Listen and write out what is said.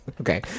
Okay